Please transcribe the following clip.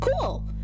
cool